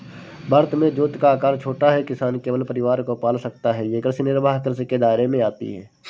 भारत में जोत का आकर छोटा है, किसान केवल परिवार को पाल सकता है ये कृषि निर्वाह कृषि के दायरे में आती है